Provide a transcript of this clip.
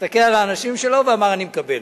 הסתכל על האנשים שלו, ואמר: אני מקבל.